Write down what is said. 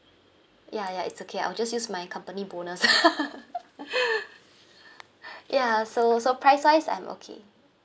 ya ya it's okay I'll just use my company bonus ya so so price wise I'm okay